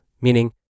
meaning